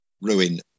ruin